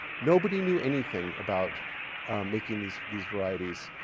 nobody knew anything about making these these varieties.